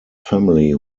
family